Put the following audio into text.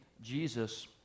Jesus